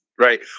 Right